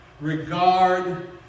regard